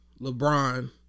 LeBron